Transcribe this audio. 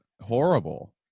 horrible